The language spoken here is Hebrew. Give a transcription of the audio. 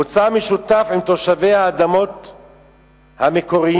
מוצא משותף עם תושבי האדמות המקוריים".